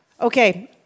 okay